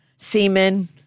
semen